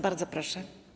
Bardzo proszę.